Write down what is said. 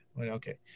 okay